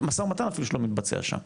כי משא ומתן אפילו לא מתבצע שם.